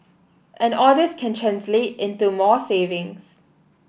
and all this can translate into more savings